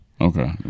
Okay